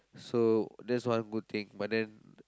so that's one good thing but then